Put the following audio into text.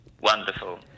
Wonderful